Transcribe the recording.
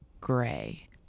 gray